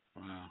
Wow